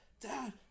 Dad